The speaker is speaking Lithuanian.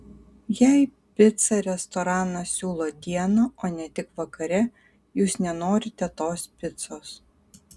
jei picą restoranas siūlo dieną o ne tik vakare jūs nenorite tos picos